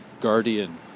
guardian